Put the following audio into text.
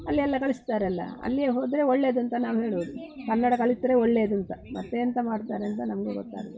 ಅಲ್ಲಿ ಎಲ್ಲ ಕಲಿಸ್ತಾರೆ ಅಲ್ಲಾ ಅಲ್ಲಿಗೆ ಹೋದರೆ ಒಳ್ಳೆದು ಅಂತ ನಾವು ಹೇಳೋದು ಕನ್ನಡ ಕಲಿತರೆ ಒಳ್ಳೆದು ಅಂತ ಮತ್ತೆ ಎಂಥ ಮಾಡ್ತಾರೆ ಅಂತ ನಮಗೆ ಗೊತ್ತಾಗೋದಿಲ್ಲ